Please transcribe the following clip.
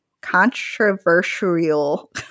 controversial